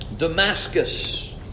Damascus